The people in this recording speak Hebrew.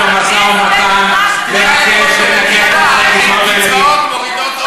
על קיצוץ בקצבאות ילדים.